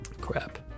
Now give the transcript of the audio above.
Crap